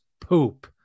poop